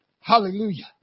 Hallelujah